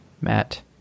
Matt